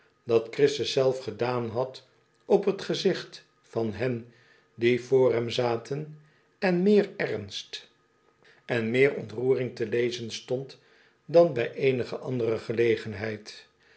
dat christuszelf gedaan had op t gezicht van hen die voor hem zaten on meer ernst èn meer ontroering te lezen stond dan bij eenige andere gelegenheid